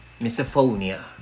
Misophonia